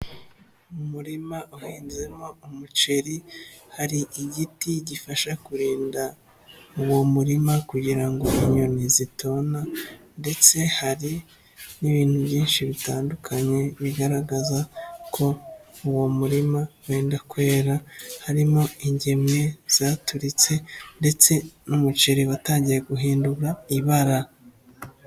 Mu murima uhinzemo umuceri, hari igiti gifasha kurinda uwo murima kugira ngo inyoni zitona ndetse hari n'ibintu byinshi bitandukanye, bigaragaza ko uwo murima wenda kwera, harimo ingemwe zaturitse ndetse n'umuceri watangiye guhinduka ibara.